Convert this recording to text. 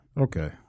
Okay